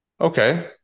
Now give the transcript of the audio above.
Okay